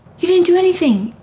you didn't do anything.